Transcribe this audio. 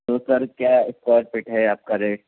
تو سر کیا square feet ہے آپ کا ریٹ